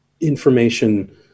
information